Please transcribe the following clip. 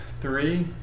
three